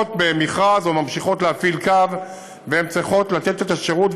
זוכות במכרז או ממשיכות להפעיל קו והן צריכות לתת את השירות.